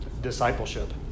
Discipleship